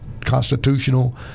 constitutional